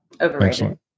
Overrated